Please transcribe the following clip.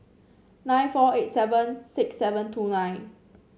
nine four eight seven six seven two nine